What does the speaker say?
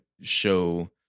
show